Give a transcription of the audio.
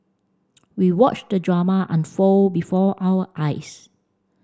we watched the drama unfold before our eyes